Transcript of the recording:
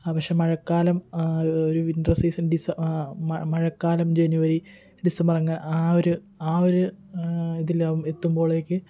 പക്ഷേ മഴക്കാലം ഒരു വിന്റർ സീസൺ ഡിസ മഴ മഴക്കാലം ജനുവരി ഡിസംബർ അങ്ങനെ ആ ഒരു ആ ഒരു ഇതിൽ എത്തുമ്പോളേക്ക്